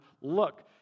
Look